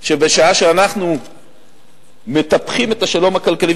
שבשעה שאנחנו מטפחים את השלום הכלכלי,